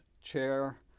chair